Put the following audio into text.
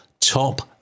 Top